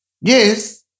Yes